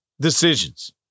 decisions